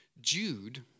Jude